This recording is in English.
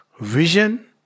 vision